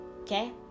Okay